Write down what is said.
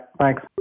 Thanks